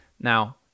Now